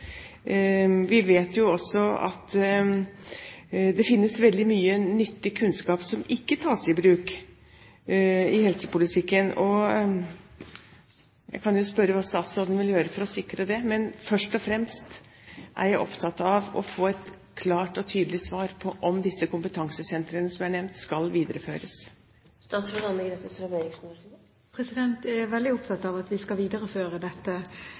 Vi vet også at det finnes veldig mye nyttig kunnskap som ikke tas i bruk i helsepolitikken. Jeg kan jo spørre hva statsråden vil gjøre for å sikre det, men først og fremst er jeg opptatt av å få et klart og tydelig svar på om disse kompetansesentrene som er nevnt, skal videreføres. Jeg er veldig opptatt av at vi skal videreføre dette.